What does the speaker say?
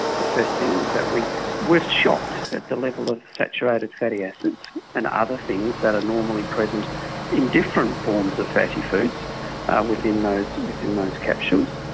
the first thing was that we were shocked at the level of saturated fatty acids and other things that are normally present in different forms of fatty foods within those within those capsules.